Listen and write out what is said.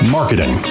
Marketing